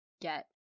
get